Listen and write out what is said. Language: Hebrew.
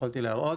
יכולתי להראות.